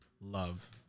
love